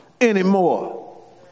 anymore